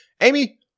Amy